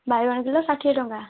ବାଇଗଣ କିଲୋ ଷାଠିଏ ଟଙ୍କା